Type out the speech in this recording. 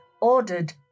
ordered